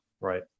right